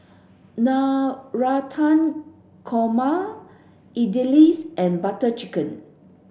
Navratan Korma Idili's and Butter Chicken